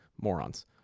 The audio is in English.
morons